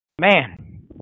Man